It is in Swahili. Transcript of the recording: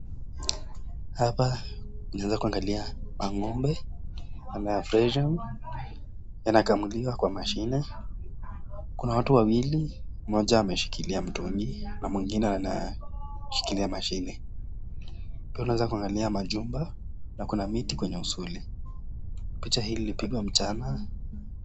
Hapa tunaweza kuangalia ng'ombe, aina ya freshian , inakamuliwa kwa mashine. Kuna watu wawili mmoja ameshikilia mtungi na mwingine mashine. Pia unaweza kuangalia majumba, na kuna miti kwenye uzuri. Picha hili lilipigwa mchana.